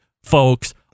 folks